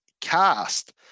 cast